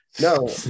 No